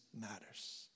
matters